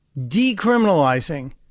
Decriminalizing